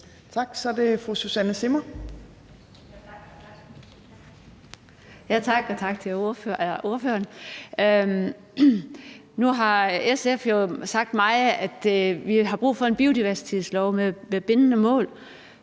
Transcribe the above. Kl. 13:28 Susanne Zimmer (FG) : Tak. Og tak til ordføreren. Nu har SF jo talt meget om, at vi har brug for en biodiversitetslov med bindende mål,